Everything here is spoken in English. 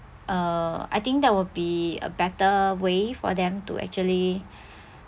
uh I think that would be a better way for them to actually